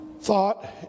thought